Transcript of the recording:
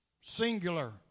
singular